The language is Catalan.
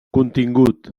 contingut